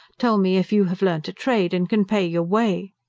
tell me if you have learnt a trade and can pay your way.